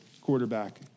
quarterback